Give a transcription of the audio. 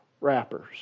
wrappers